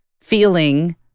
feeling